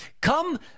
come